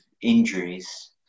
injuries